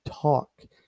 talk